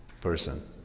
person